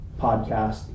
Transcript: podcast